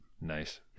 Nice